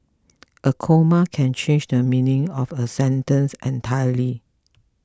a comma can change the meaning of a sentence entirely